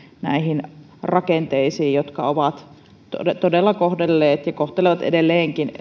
näihin rakenteisiin jotka ovat todella todella kohdelleet ja kohtelevat edelleenkin